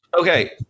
Okay